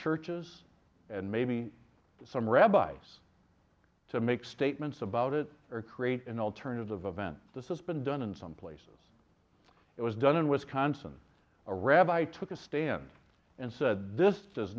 churches and maybe some rabbis to make statements about it or create an alternative event this is been done in some places it was done in wisconsin a rabbi took a stand and said this does